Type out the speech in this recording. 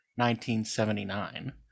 1979